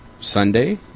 Sunday